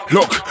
Look